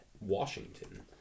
Washington